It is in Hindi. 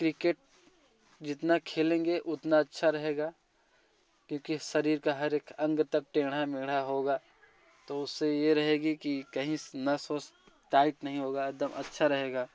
क्रिकेट जितना खेलेंगे उतना अच्छा रहेगा क्योंकि शरीर का हर एक अंग तक टेढ़ा मेढ़ा होगा तो उससे ये रहेगी कि कहीं नस उस टाइट नहीं होगा एक दम अच्छा रहेगा